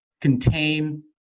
contain